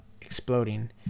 exploding